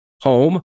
home